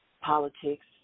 politics